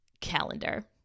Calendar